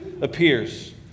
appears